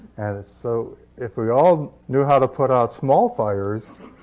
and so if we all knew how to put out small fires,